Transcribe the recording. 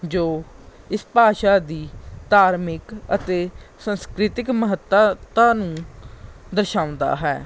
ਜੋ ਇਸ ਭਾਸ਼ਾ ਦੀ ਧਾਰਮਿਕ ਅਤੇ ਸੰਸਕ੍ਰਿਤਿਕ ਮਹੱਤਤਾ ਨੂੰ ਦਰਸਾਉਂਦਾ ਹੈ